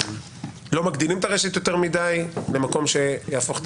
לא מגדילים את הרשת יותר מדי במקום שיהפוך את